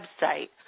website